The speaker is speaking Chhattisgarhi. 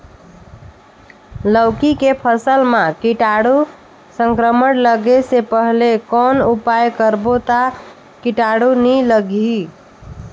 लौकी के फसल मां कीटाणु संक्रमण लगे से पहले कौन उपाय करबो ता कीटाणु नी लगही?